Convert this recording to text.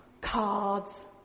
Cards